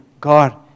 God